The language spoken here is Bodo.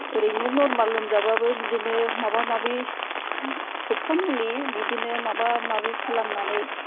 ओरैनो नरमेल लोमजाबाबो बिदिनो माबा माबि सोबखा मुलि बिदिनो माबा माबि खालामनानै